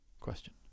question